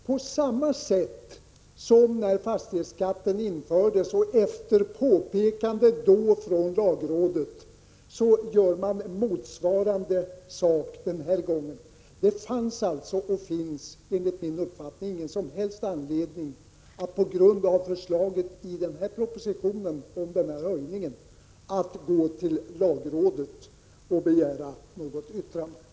På samma sätt som när fastighetsskatten infördes och efter påpekande då från lagrådet gör man nu motsvarande sak. Det finns enligt min mening ingen som helst anledning att på grund av förslaget i denna proposition om en höjning gå till lagrådet och begära något yttrande.